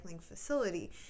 facility